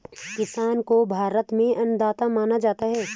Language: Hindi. किसान को भारत में अन्नदाता माना जाता है